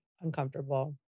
uncomfortable